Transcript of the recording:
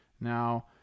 now